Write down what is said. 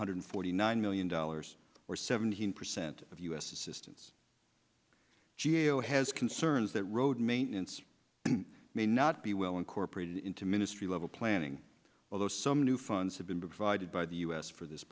hundred forty nine million dollars or seventeen percent of u s assistance g a o has concerns that road maintenance may not be well incorporated into ministry level planning although some new funds have been i did by the u s for this